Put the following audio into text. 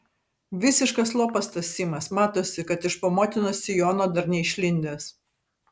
visiškas lopas tas simas matosi kad iš po motinos sijono dar neišlindęs